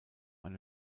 eine